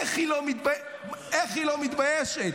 איך היא לא מתביישת?